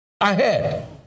Ahead